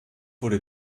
wurde